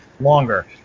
longer